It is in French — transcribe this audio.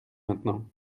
maintenant